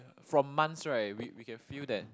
from months right we we can feel that